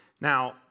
Now